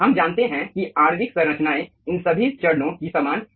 हम जानते हैं कि आणविक संरचनाएं इन सभी चरणों की समान नहीं हैं